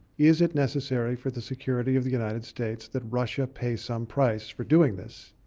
is it necessary for the security of the united states that russia pay some price for doing this.